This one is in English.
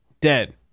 dead